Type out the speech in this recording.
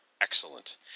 excellent